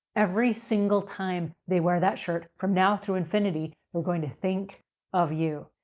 every single time they wear that shirt from now through infinity, they're going to think of you.